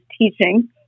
teaching